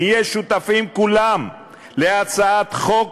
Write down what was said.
נהיה שותפים כולם להצעת חוק